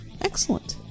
Excellent